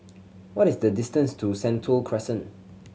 what is the distance to Sentul Crescent